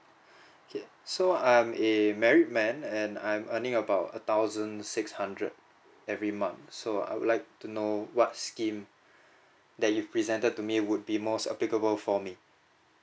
okay so I'm a married man and I'm earning about a thousand six hundred every month so I would like to know what scheme that you presented to me would be most applicable for me